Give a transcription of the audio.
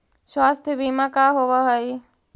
स्वास्थ्य बीमा का होव हइ?